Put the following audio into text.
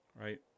right